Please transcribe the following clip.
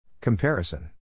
Comparison